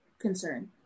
concern